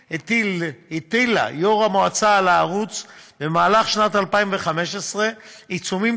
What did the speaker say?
הטילה יו״ר המועצה על הערוץ בשנת 2015 עיצומים